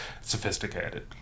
sophisticated